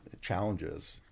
challenges